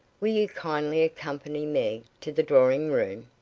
will you kindly accompany me to the drawing-room?